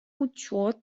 учет